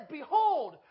Behold